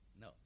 No